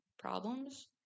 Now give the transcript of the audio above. Problems